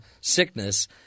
sickness